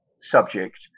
subject